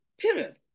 period